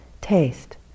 taste